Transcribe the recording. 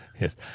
yes